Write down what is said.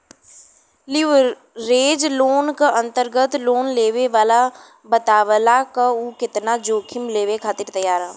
leverage loan क अंतर्गत loan लेवे वाला बतावला क उ केतना जोखिम लेवे खातिर तैयार हौ